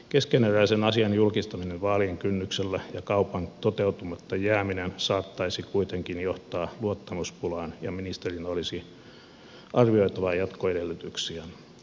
keskeneräisen asian julkistaminen vaalien kynnyksellä ja kaupan toteutumatta jääminen saattaisi kuitenkin johtaa luottamuspulaan ja ministerin olisi arvioitava jatkoedellytyksiä